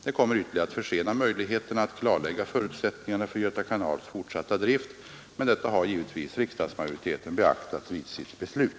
Det kommer ytterligare att försena möjligheterna att klarlägga förutsättningarna för Göta kanals fortsatta drift, men detta har givetvis riksdagsmajoriteten beaktat vid sitt beslut.